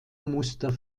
muster